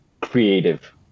creative